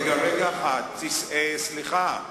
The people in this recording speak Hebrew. רגע אחד, סליחה.